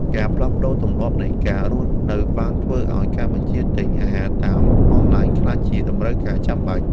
ការផ្លាស់ប្តូរទម្លាប់នៃការរស់នៅបានធ្វើឱ្យការបញ្ជាទិញអាហារតាមអនឡាញក្លាយជាតម្រូវការចាំបាច់។